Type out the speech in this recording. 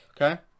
Okay